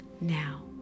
Now